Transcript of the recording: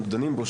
אנחנו דנים בו,